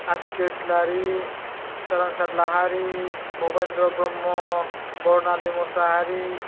आसखि इसलारि सोरांसाथ लाहारि बबेन्द्र ब्रह्म बरनालि मुसाहारि